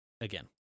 Again